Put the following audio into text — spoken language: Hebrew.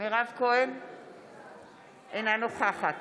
אינה נוכחת